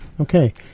okay